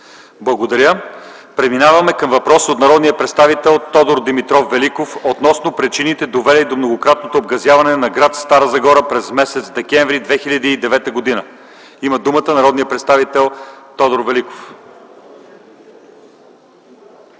Благодаря. Преминаваме към въпрос от народния представител Тодор Димитров Великов относно причините, довели до многократното обгазяване на гр. Стара Загора през м. декември 2009 г. Има думата народният представител Тодор Великов.